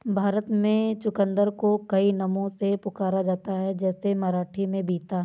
भारत में चुकंदर को कई नामों से पुकारा जाता है जैसे मराठी में बीता